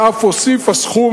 ואף הוסיפה סכום,